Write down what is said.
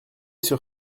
sur